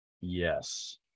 yes